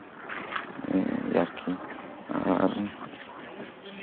ᱟᱨᱠᱤ ᱟᱨ